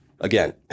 Again